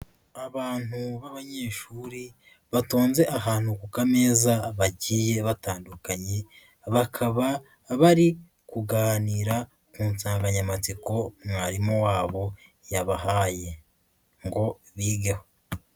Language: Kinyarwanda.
Abantu b'abanyeshuri batonze ahantu ku kameza bagiye batandukanye, bakaba bari kuganira ku nsanganyamatsiko mwarimu wabo yabahaye ngo bigeho.